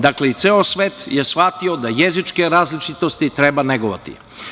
Dakle, i ceo svet je shvatio da jezičke različitosti treba negovati.